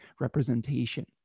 representation